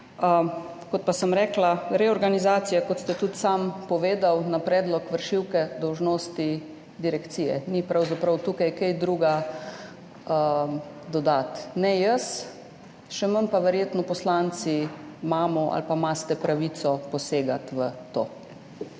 Kot pa sem rekla, reorganizacija, kot ste tudi sam povedali, na predlog vršilke dolžnosti direkcije. Tukaj pravzaprav ni česa drugega dodati. Ne jaz, še manj pa verjetno poslanci imamo ali pa imate pravico posegati v to.